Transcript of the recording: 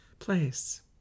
place